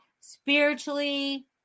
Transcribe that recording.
spiritually